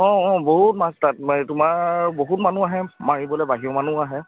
অঁ অঁ বহুত মাছ তাত মা তোমাৰ বহুত মানুহ আহে মাৰিবলৈ বাহিৰৰ মানুহ আহে